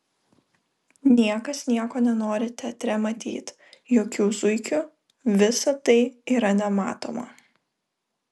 niekas nieko nenori teatre matyt jokių zuikių visa tai yra nematoma